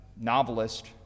novelist